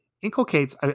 Inculcates